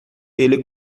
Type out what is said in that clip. ele